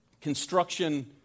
construction